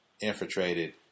infiltrated